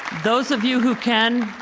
those of you who can,